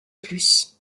plus